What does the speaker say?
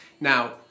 Now